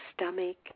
stomach